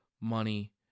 money